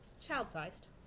child-sized